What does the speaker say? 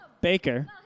baker